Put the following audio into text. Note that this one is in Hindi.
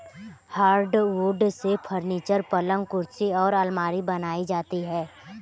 हार्डवुड से फर्नीचर, पलंग कुर्सी और आलमारी बनाई जाती है